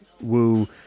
woo